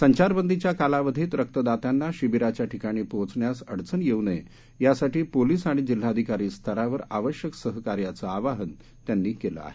संचारबंदीच्या कालावधीत रक्तदात्यांना शिबिराच्या ठिकाणी पोहोचण्यात अडचण येऊ नये यासाठी पोलीस आणि जिल्हाधिकारी स्तरावर आवश्यक सहकार्याचं आवाहन त्यांनी केलं आहे